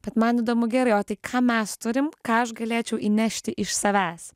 bet man įdomu gerai o tai ką mes turim ką aš galėčiau įnešti iš savęs